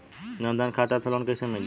जन धन खाता से लोन कैसे मिली?